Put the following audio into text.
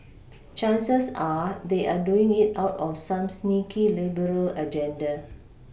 chances are they are doing it out of some sneaky liberal agenda